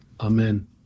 Amen